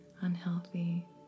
unhealthy